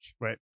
right